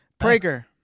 Prager